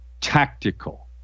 tactical